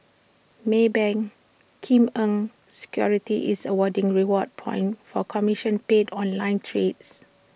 maybank Kim Eng securities is awarding reward points for commission paid online trades